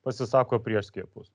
pasisako prieš skiepus